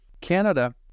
Canada